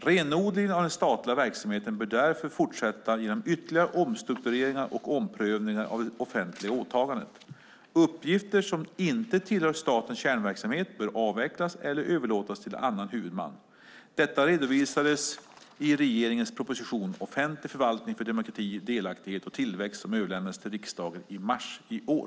Renodlingen av den statliga verksamheten bör därför fortsätta genom ytterligare omstruktureringar och omprövningar av det offentliga åtagandet. Uppgifter som inte tillhör statens kärnverksamhet bör avvecklas eller överlåtas till annan huvudman. Detta redovisades i regeringens proposition Offentlig förvaltning för demokrati, delaktighet och tillväxt som överlämnades till riksdagen i mars i år.